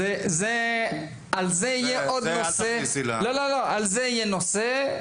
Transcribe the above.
את זה אל תכניסי ל --- לא, זה יהיה עוד נושא.